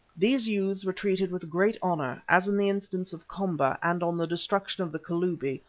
these youths were treated with great honour, as in the instance of komba and on the destruction of the kalubi,